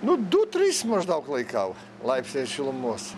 nu du tris maždaug laikau laipsniai šilumos